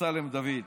לאמסלם דוד.